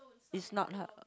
it's not ha